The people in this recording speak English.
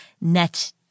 net